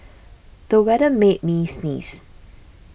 the weather made me sneeze